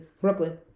Brooklyn